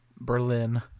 Berlin